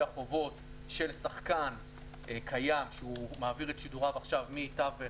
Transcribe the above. החובות של שחקן קיים שמעביר את שידוריו עכשיו מתווך,